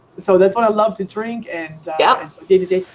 so that's what i love to drink and yeah day to day.